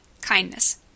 Kindness